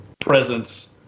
presence